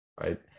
Right